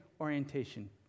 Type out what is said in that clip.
orientation